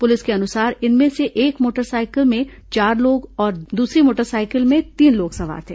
police के अनुसार इनमें से एक मोटर सायकल में चार लोग तो वहीं दूसरी मोटर साइकिल में तीन लोग सवार थे